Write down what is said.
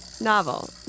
Novel